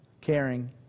caring